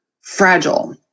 fragile